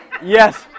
Yes